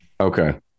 okay